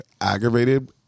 aggravated